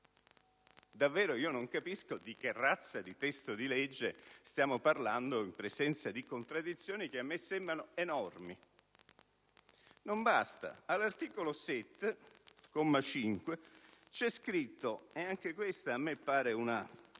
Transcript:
Davvero non capisco di che razza di testo di legge stiamo parlando, in presenza di contraddizioni che a me sembrano enormi. Non basta; all'articolo 7, comma 5, c'è scritto (ed anche questa mi sembra una